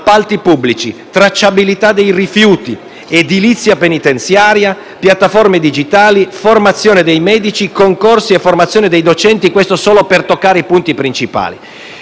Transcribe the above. appalti pubblici, tracciabilità dei rifiuti, edilizia penitenziaria, piattaforme digitali, formazione dei medici, concorsi e formazione dei docenti, e questo solo per toccare i punti principali.